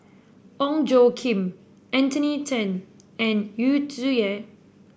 Ong Tjoe Kim Anthony Then and Yu Zhuye